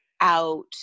out